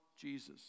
Jesus